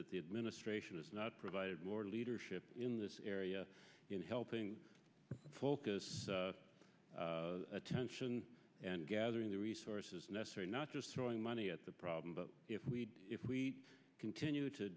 that the administration has not provided more leadership in this area helping focus attention and gathering the resources necessary not just throwing money at the problem but if we if we continue to